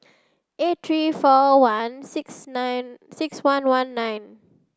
eight three four one six nine six one one nine